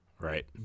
Right